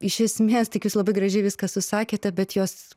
iš esmės tik jūs labai gražiai viską susakėte bet jos